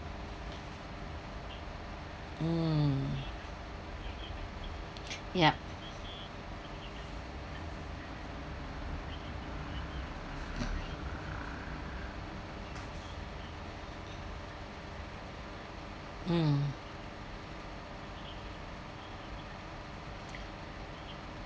mm yup mm